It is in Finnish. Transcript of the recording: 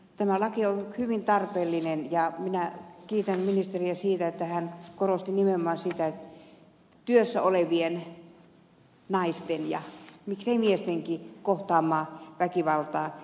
tämä laki on hyvin tarpeellinen ja minä kiitän ministeriä siitä että hän korosti nimenomaan sitä työssä olevien naisten ja miksei miestenkin kohtaamaa väkivaltaa